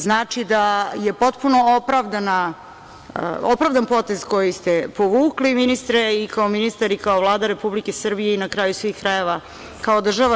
Znači da je potpuno opravdan potez koji ste povukli, ministre, i kao ministar i kao Vlada Republike Srbije i na kraju svih krajeva kao država.